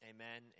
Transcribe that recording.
Amen